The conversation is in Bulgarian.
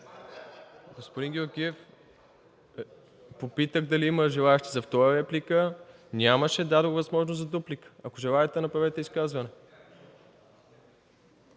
господин Георгиев. Попитах дали има желаещи за втора реплика, нямаше и дадох възможност за дупликата. Ако желаете, направете изказване.